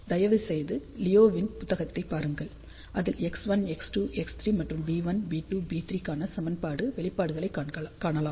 தயவுசெய்து லியாவோவின் புத்தகத்தைப் பாருங்கள் அதில் X1X2X3 மற்றும் B1B2B3 க்கான சமன்பாடு வெளிப்பாடுகளைக் காணலாம்